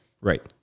Right